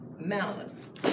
malice